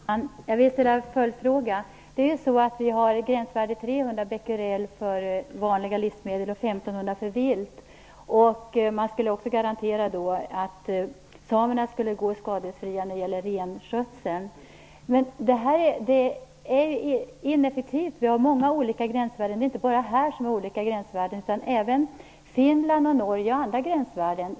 Fru talman! Jag vill ställa en följdfråga. Vi har gränsvärdet 300 becquerel för vanliga livsmedel och 1 500 för vilt. Man skulle också garantera att samerna skulle gå skadesfria när det gäller renskötseln. Men det finns många olika gränsvärden. Finland och Norge har olika gränsvärden.